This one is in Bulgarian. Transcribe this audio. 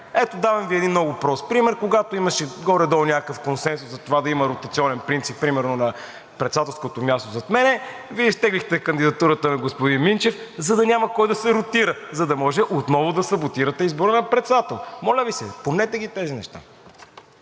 Ето, давам Ви един много прост пример. Когато имаше горе-долу някакъв консенсус за това да има ротационен принцип, примерно, на председателското място зад мен, Вие изтеглихте кандидатурата на господин Минчев, за да няма кой да се ротира, за да може отново да саботирате избора на председател. Моля Ви се, помнете ги тези неща!